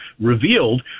revealed